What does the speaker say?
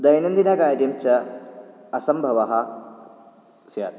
दैनन्दिनकार्यं च असम्भवः स्यात्